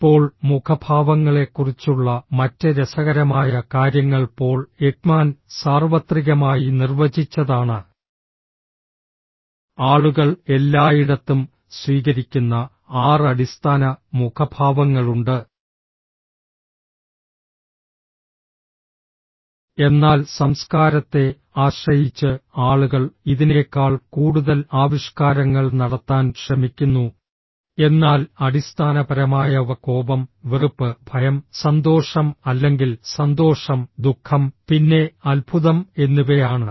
ഇപ്പോൾ മുഖഭാവങ്ങളെക്കുറിച്ചുള്ള മറ്റ് രസകരമായ കാര്യങ്ങൾ പോൾ എക്മാൻ സാർവത്രികമായി നിർവചിച്ചതാണ് ആളുകൾ എല്ലായിടത്തും സ്വീകരിക്കുന്ന ആറ് അടിസ്ഥാന മുഖഭാവങ്ങളുണ്ട് എന്നാൽ സംസ്കാരത്തെ ആശ്രയിച്ച് ആളുകൾ ഇതിനേക്കാൾ കൂടുതൽ ആവിഷ്കാരങ്ങൾ നടത്താൻ ശ്രമിക്കുന്നു എന്നാൽ അടിസ്ഥാനപരമായവ കോപം വെറുപ്പ് ഭയം സന്തോഷം അല്ലെങ്കിൽ സന്തോഷം ദുഃഖം പിന്നെ അത്ഭുതം എന്നിവയാണ്